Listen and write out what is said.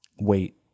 Wait